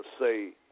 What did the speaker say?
say